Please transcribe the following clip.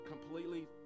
completely